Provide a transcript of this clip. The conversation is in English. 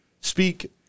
speak